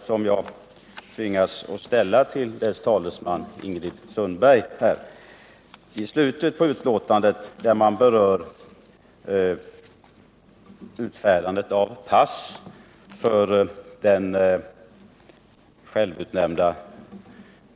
I ett avseende tvingas jag emellertid ställa en fråga till utskottets talesman Ingrid Sundberg. I slutet av betänkandet behandlas frågan om utfärdandet av pass för den självutnämnda